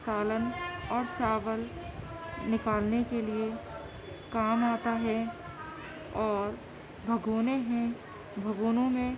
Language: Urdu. سالن اور چاول نکالنے کے لیے کام آتا ہے اور بھگونے ہیں بگھونوں میں